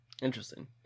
Interesting